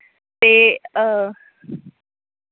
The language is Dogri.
ते